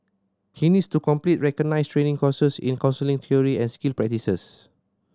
he needs to complete recognised training courses in counselling theory and skill practice